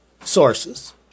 sources